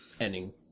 ending